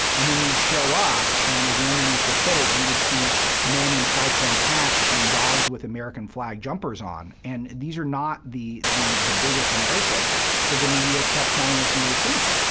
and then you'd show up, and, as andrew used to put it, you would see men in tricorn hats and dogs with american flag jumpers on. and these are not the the the bigots and racists that the media kept telling us we were seeing.